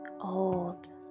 old